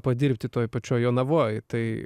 padirbti toj pačioj jonavoj tai